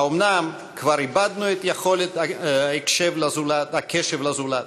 האומנם כבר איבדנו את יכולת הקשבה לזולת?